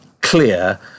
clear